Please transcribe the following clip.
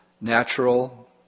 natural